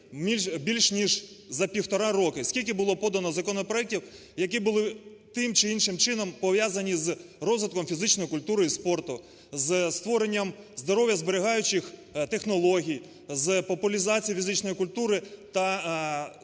більш ніж за півтора роки, скільки було подано законопроектів, які були тим чи іншим чином пов'язані з розвитком фізичної культури і спорту, зі створенням здоров'я зберігаючих технологій, з популізацією фізичної культури та